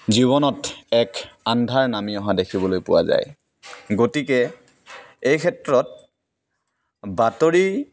জীৱনত এক আন্ধাৰ নামি অহা দেখিবলৈ পোৱা যায় গতিকে এই ক্ষেত্ৰত বাতৰি